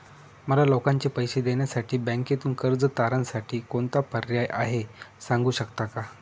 मला लोकांचे पैसे देण्यासाठी बँकेतून कर्ज तारणसाठी कोणता पर्याय आहे? सांगू शकता का?